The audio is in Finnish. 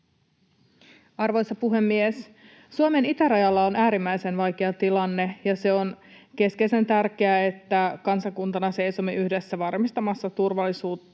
Arvoisa puhemies! Suomen itärajalla on äärimmäisen vaikea tilanne, ja on keskeisen tärkeää, että kansakuntana seisomme yhdessä varmistamassa turvallisuutemme.